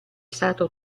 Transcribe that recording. stato